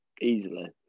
easily